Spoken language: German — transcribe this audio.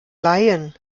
laien